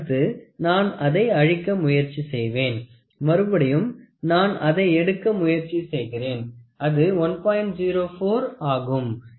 அடுத்து நான் அதை அழிக்க முயற்சி செய்வேன் மறுபடியும் நான் அதை எடுக்க முயற்சி செய்கிறேன் அது 1